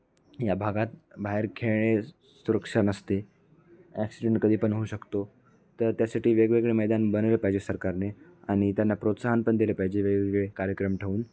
या भागात बाहेर खेळणे सुरक्षा नसते ॲक्सिडेंट कधी पण होऊ शकतो तर त्यासाठी वेगवेगळे मैदान बनवले पाहिजे सरकारने आणि त्यांना प्रोत्साहन पण दिले पाहिजे वेगवेगळे कार्यक्रम ठेऊन